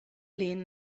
lin